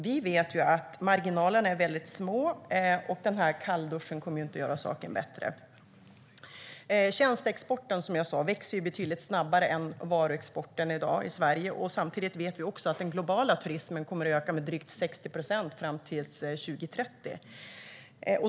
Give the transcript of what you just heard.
Vi vet ju att marginalerna är mycket små, och den här kallduschen kommer inte att göra saken bättre. Tjänsteexporten växer i dag betydligt snabbare än varuexporten. Samtidigt vet vi att den globala turismen kommer att öka med drygt 60 procent fram till 2030.